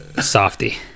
softy